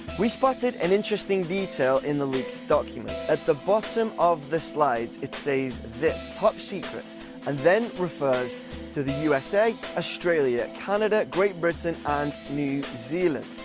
we spotted an interesting detail in the leaked document. at the bottom of the slide it says this, top secret and then refers to the usa, australia, canada, great britain and new zealand.